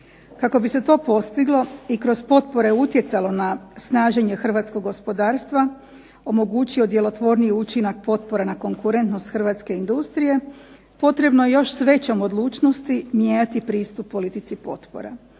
Kako bi se to postiglo i kroz potpore utjecalo na snaženje hrvatskog gospodarstva omogućilo djelotvorniji učinak potpora na konkurentnost hrvatske industrije, potrebno još s većom odlučnosti mijenjati pristup politici potpora.